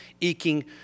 eking